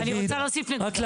אחד,